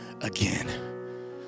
again